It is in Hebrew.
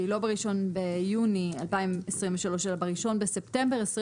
שהיא לא ב-1 ביוני 2023 אלא ב-1 בספטמבר 2023